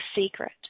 secret